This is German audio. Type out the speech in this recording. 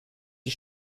die